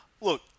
look